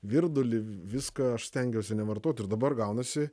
virdulį viską aš stengiausi nevartoti ir dabar gaunasi